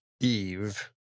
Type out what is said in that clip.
Eve